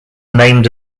named